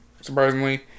surprisingly